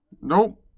nope